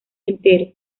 entero